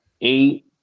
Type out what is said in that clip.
eight